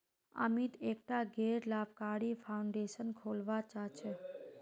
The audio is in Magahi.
अमित एकटा गैर लाभकारी फाउंडेशन खोलवा चाह छ